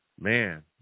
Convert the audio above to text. Man